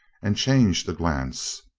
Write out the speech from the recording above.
and changed a glance.